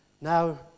Now